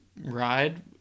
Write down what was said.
ride